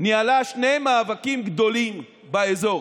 ניהלה שני מאבקים גדולים באזור,